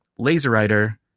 LaserWriter